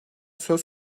söz